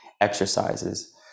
exercises